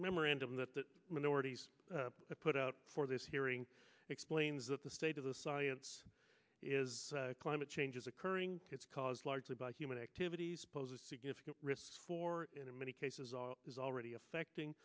memorandum that the minorities put out for this hearing explains that the state of the science is climate change is occurring it's caused largely by human activities poses significant risks for in many cases are already affecting